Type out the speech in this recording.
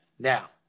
Now